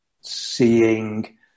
seeing